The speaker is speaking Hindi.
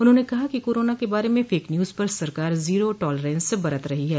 उन्होंने कहा कि कोरोना के बारे में फेक न्यूज पर सरकार जीरों टॉलरेन्स बरत रही है